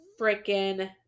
freaking